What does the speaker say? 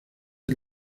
del